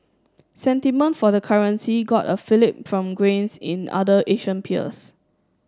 sentiment for the currency got a fillip from grains in other Asian peers